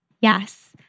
Yes